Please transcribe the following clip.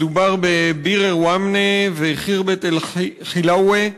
מדובר בביר-אלע'ואנמה וח'רבת-אלחילווה,